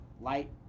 light